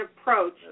approach